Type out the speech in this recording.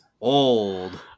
old